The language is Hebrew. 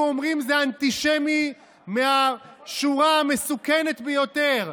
היו אומרים: זה אנטישמי מהשורה המסוכנת ביותר,